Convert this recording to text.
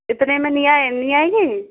इतने में नहीं आएगी